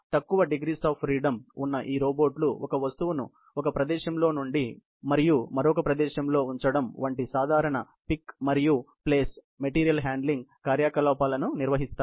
తక్కువ degrees of freedom ఉన్న ఈ రోబోట్లు ఒక వస్తువును ఒక ప్రదేశంలో నుండి మరియు మరొక ప్రదేశంలో ఉంచడం వంటి సాధారణ పిక్ మరియు ప్లేస్ మెటీరియల్ హ్యాండ్లింగ్ కార్యకలాపాలను నిర్వహిస్తాయి